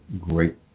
great